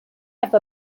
have